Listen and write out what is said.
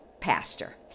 pastor